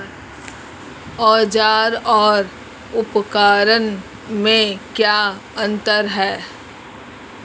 औज़ार और उपकरण में क्या अंतर है?